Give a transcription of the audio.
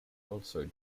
also